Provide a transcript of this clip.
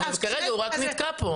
וכרגע הוא רק נתקע פה.